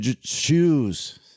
shoes